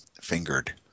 fingered